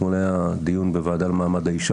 אתמול היה דיון בוועדה לקידום מעמד האישה